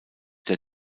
der